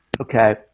Okay